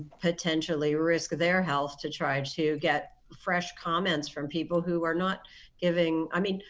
potentially risk their health to try to get fresh comments from people who are not giving i mean,